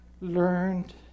learned